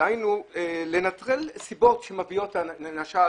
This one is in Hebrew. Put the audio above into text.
דהיינו, לנטרל סיבות שמביאות למשל